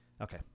Okay